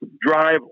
drive